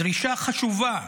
דרישה חשובה.